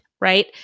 right